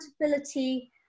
accountability